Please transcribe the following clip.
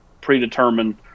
predetermined